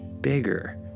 bigger